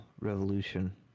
Revolution